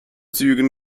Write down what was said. zügen